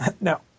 No